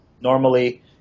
Normally